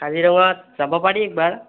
কাজিৰঙাত যাব পাৰি একবাৰ